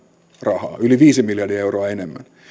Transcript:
rahaa yli viisi miljardia enemmän